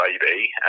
baby